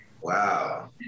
Wow